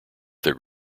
their